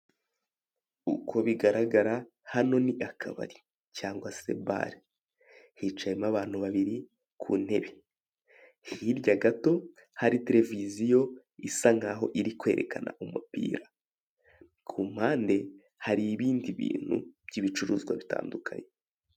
Uko bigaragara hano ni akabari cyangwa se bare hicayemo abantu babiri ku ntebe, hirya gato hari televiziyo isa nkaho iri kwerekana umupira kumpande hari ibindi bintu by'ibicuruzwa bitandukanye.